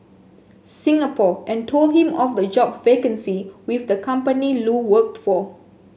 Singapore and told him of the job vacancy with the company Lu worked for